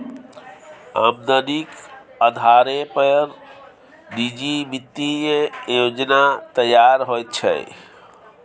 आमदनीक अधारे पर निजी वित्तीय योजना तैयार होइत छै